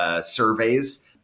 surveys